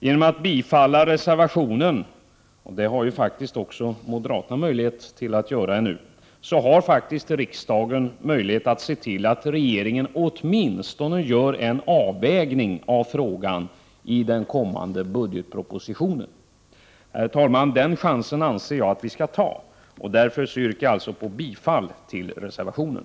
Genom att bifalla reservationen — som också moderaterna kan göra — har faktiskt riksdagen möjlighet att se till att regeringen åtminstone gör en avvägning av frågan i den kommande budgetpropositionen. Herr talman! Den chansen anser jag att vi skall ta, och därför yrkar jag bifall till reservationen.